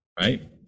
right